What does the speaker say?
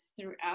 throughout